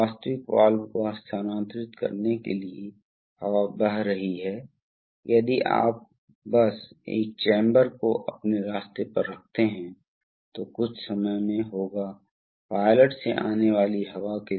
तीसरा यह एक उच्च काम के दबाव में काम कर रहा है इसलिए तीन मोड हैं और हम मोड का चयन करना चाहते हैं इसलिए ऐसा होता है